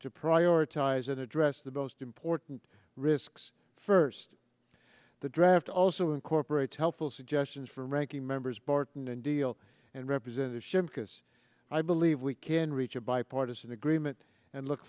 to prioritize and address the most important risks first the draft also incorporates helpful suggestions from ranking members barton and deal and representative shimkus i believe we can reach a bipartisan agreement and look